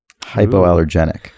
Hypoallergenic